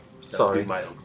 Sorry